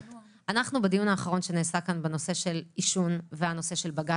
בדיון האחרון שנעשה כאן בנושא של עישון ובג"ץ